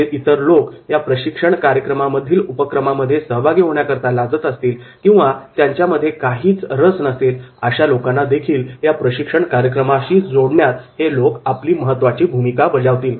जे इतर लोक या प्रशिक्षण कार्यक्रमामधील उपक्रमांमध्ये सहभागी होण्याकरता लाजत असतील किंवा त्यामध्ये काहीच रस नसेल अशा लोकांना देखील या प्रशिक्षण कार्यक्रमाची जोडण्यात हे लोक महत्त्वाची भूमिका बजावतील